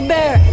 Bear